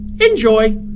enjoy